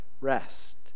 rest